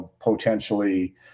potentially